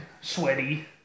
Sweaty